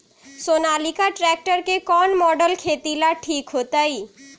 Sonalika tractor के कौन model खेती ला ठीक होतै?